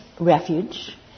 refuge